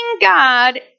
God